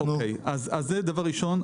זה דבר ראשון.